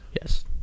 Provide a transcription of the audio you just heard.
Yes